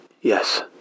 Yes